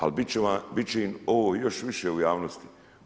Ali bit će im ovo još više u javnosti.